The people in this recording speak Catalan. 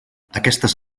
aquestes